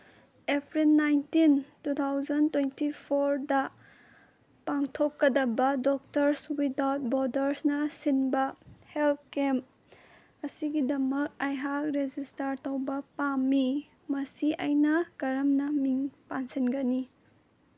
April nineteen two thousand twenty ꯐꯣꯔꯗ ꯄꯥꯡꯊꯣꯛꯀꯗꯕ doctors without ꯕꯣꯗꯔꯁꯅ ꯁꯤꯟꯕ ꯍꯦꯜꯠ ꯀꯦꯝ ꯑꯁꯤꯒꯤꯗꯃꯛ ꯑꯩꯍꯥꯛ ꯔꯦꯖꯤꯁꯇꯔ ꯇꯧꯕ ꯄꯥꯝꯃꯤ ꯃꯁꯤ ꯑꯩꯅ ꯀꯔꯝꯅ ꯃꯤꯡ ꯄꯥꯟꯁꯤꯟꯒꯅꯤ